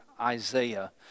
Isaiah